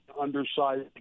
undersized